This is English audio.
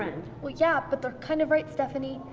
well yeah, but they're kind of right, stephanie.